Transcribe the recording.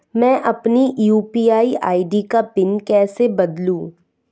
मैं अपनी UPI ID का पिन कैसे बदलूं?